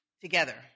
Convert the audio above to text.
together